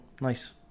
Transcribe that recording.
Nice